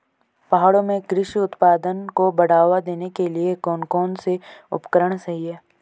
पहाड़ों में कृषि उत्पादन को बढ़ावा देने के लिए कौन कौन से उपकरण सही हैं?